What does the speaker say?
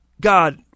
God